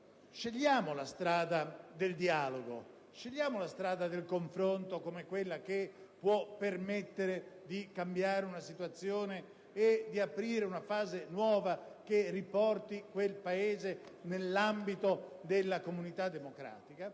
scegliamo la strada del dialogo e del confronto, perché può permettere di cambiare la situazione e di aprire una fase nuova che riporti quel Paese nell'ambito della comunità democratica,